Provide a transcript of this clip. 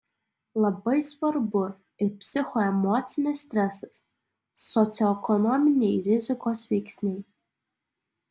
labai svarbu ir psichoemocinis stresas socioekonominiai rizikos veiksniai